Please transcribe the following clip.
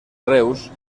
reus